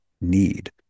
need